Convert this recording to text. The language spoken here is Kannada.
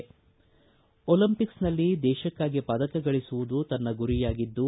ಒಲಿಂಪಿಕ್ಸೆನಲ್ಲಿ ದೇಶಕ್ಕಾಗಿ ಪದಕ ಗಳಸುವುದು ತನ್ನ ಗುರಿಯಾಗಿದ್ದು